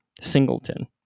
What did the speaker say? Singleton